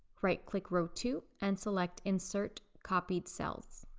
right click row two and select insert copied cells.